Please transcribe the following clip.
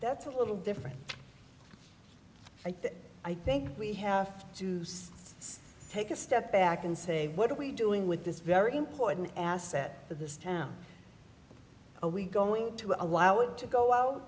that's a little different i think i think we have to say it's take a step back and say what are we doing with this very important asset of this town are we going to allow it to go out